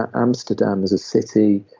amsterdam as a city,